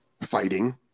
fighting